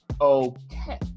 Okay